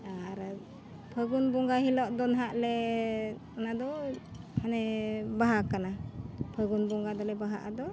ᱟᱨ ᱯᱷᱟᱹᱜᱩ ᱱ ᱵᱚᱸᱜᱟ ᱦᱤᱞᱚᱜ ᱫᱚ ᱱᱟᱦᱟᱸᱜ ᱞᱮ ᱚᱱᱟ ᱫᱚ ᱢᱟᱱᱮ ᱵᱟᱦᱟ ᱠᱟᱱᱟ ᱯᱷᱟᱹᱜᱩᱱ ᱵᱚᱸᱜᱟ ᱫᱚᱞᱮ ᱵᱟᱦᱟᱜ ᱟᱫᱚ